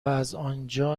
ازآنجا